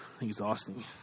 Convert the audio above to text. exhausting